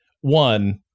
one